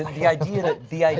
the idea that